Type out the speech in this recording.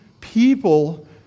people